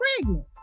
pregnant